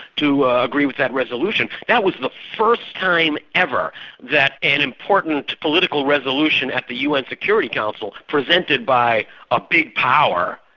to agree with that resolution. that was the first time ever that an important political resolution at the un security council, presented by a big power,